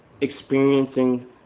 experiencing